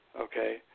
Okay